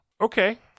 okay